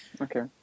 Okay